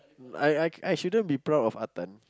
I I I shouldn't be proud of Ah-Tan